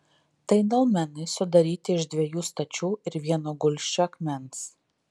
tai dolmenai sudaryti iš dviejų stačių ir vieno gulsčio akmens